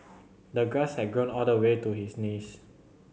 the grass had grown all the way to his knees